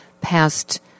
passed